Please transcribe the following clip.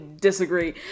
disagree